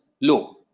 low